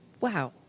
Wow